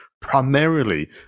primarily